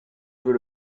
veut